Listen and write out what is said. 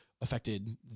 affected